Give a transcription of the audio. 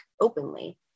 openly